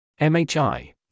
MHI